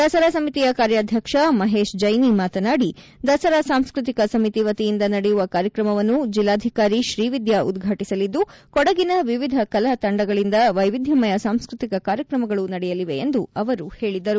ದಸರಾ ಸಮಿತಿಯ ಕಾರ್ಯಾಧ್ವಕ್ಷ ಮಹೇಶ್ ಜೈನಿ ಮಾತನಾಡಿ ದಸರಾ ಸಾಂಸ್ಟತಿಕ ಸಮಿತಿ ವತಿಯಿಂದ ನಡೆಯುವ ಕಾರ್ಯಕ್ರಮವನ್ನು ಜಿಲ್ಲಾಧಿಕಾರಿ ತ್ರೀವಿದ್ಯಾ ಉದ್ಘಾಟಿಸಲಿದ್ದು ಕೊಡಗಿನ ವಿವಿಧ ಕಲಾ ತಂಡಗಳಿಂದ ವೈವಿದ್ಯಮಯ ಸಾಂಸ್ಕೃತಿಕ ಕಾರ್ಯಕ್ರಮಗಳು ನಡೆಯಲಿವೆ ಎಂದು ಅವರು ಹೇಳಿದರು